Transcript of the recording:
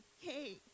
hey